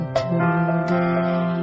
today